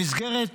במסגרת